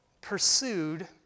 pursued